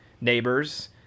Neighbors